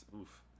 Oof